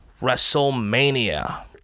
wrestlemania